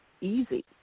easy